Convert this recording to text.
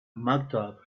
maktub